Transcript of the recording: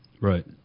Right